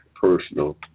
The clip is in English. personal